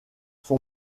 son